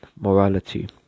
morality